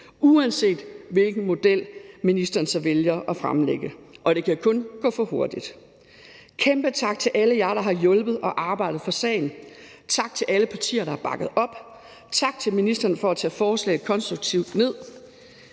uanset hvilken model ministeren så vælger at fremlægge. Og det kan kun gå for langsomt. Kl. 15:05 Kæmpe tak til alle jer, der har hjulpet og arbejdet for sagen. Tak til alle partier, der har bakket op. Tak til ministeren for at tage forslaget konstruktivt ned.